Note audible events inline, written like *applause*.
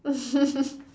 *laughs*